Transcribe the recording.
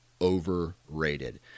overrated